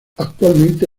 actualmente